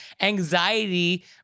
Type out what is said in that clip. anxiety